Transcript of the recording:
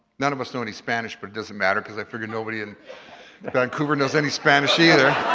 none of us know any spanish but it doesn't matter, because i figured nobody in vancouver knows any spanish either.